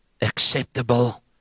acceptable